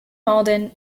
mauldin